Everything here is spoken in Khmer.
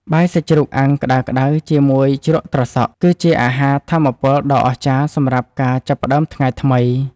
បាយសាច់ជ្រូកអាំងក្តៅៗជាមួយជ្រក់ត្រសក់ គឺជាអាហារថាមពលដ៏អស្ចារ្យសម្រាប់ការចាប់ផ្តើមថ្ងៃថ្មី។